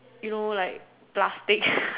you know like plastic